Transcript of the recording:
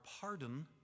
pardon